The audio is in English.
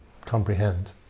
comprehend